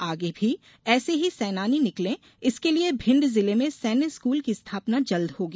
आगे भी ऐसे ही सैनानी निकलें इसके लिए भिण्ड जिले में सैन्य स्कूल की स्थापना जल्द होगी